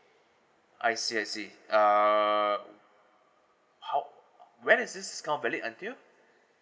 I see I see err how when is it's not valid until